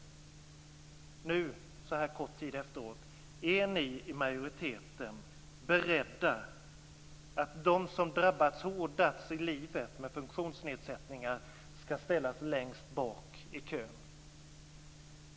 Är ni i majoriteten, så här kort tid efteråt, beredda att låta de människor som har drabbats hårdast i livet med funktionsnedsättningar att ställas längst bak i kön?